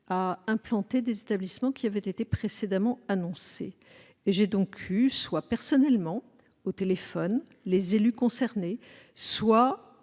à implanter des établissements qui avaient été précédemment annoncés : soit j'ai eu personnellement au téléphone les élus concernés, soit